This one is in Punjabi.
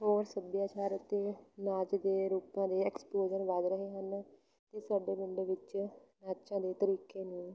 ਹੋਰ ਸੱਭਿਆਚਾਰ ਅਤੇ ਨਾਚ ਦੇ ਰੂਪਾਂ ਦੇ ਐਕਸਪੋਜਰ ਵੱਧ ਰਹੇ ਹਨ ਅਤੇ ਸਾਡੇ ਪਿੰਡ ਦੇ ਵਿੱਚ ਨਾਚਾਂ ਦੇ ਤਰੀਕੇ ਨੂੰ